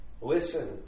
Listen